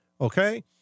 okay